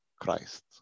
Christ